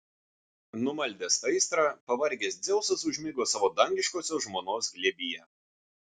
numaldęs aistrą pavargęs dzeusas užmigo savo dangiškosios žmonos glėbyje